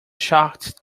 shocked